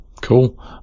Cool